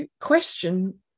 question